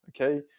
okay